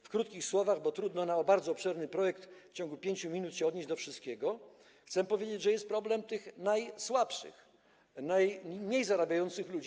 W krótkich słowach, bo trudno przy bardzo obszernym projekcie w ciągu 5 minut odnieść się do wszystkiego, chcę powiedzieć, że jest problem tych najsłabszych, najmniej zarabiających ludzi.